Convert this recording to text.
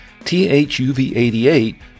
THUV88